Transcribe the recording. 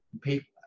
People